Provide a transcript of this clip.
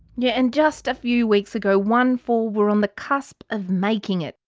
yeah and just a few weeks ago, onefour were on the cusp of making it.